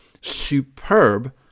superb